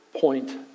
point